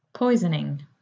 Poisoning